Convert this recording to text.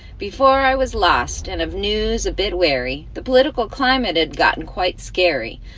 before, i was lost and of news a bit wary. the political climate had gotten quite scary.